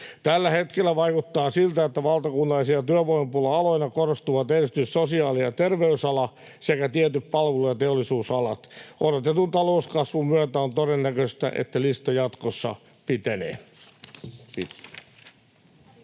Tällä hetkellä vaikuttaa siltä, että valtakunnallisina työvoimapula-aloina korostuvat erityisesti sosiaali- ja terveysala sekä tietyt palvelu- ja teollisuusalat. Odotetun talouskasvun myötä on todennäköistä, että lista jatkossa pitenee. — Kiitos.